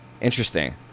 Interesting